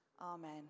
Amen